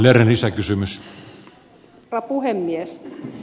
arvoisa herra puhemies